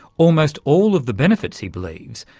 almost all of the benefits, he believes,